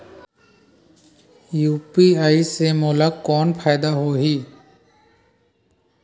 UPI से मोला कौन फायदा होही?